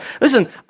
Listen